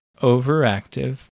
overactive